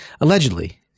Allegedly